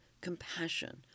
compassion